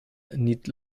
need